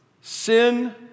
Sin